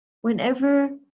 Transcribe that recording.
whenever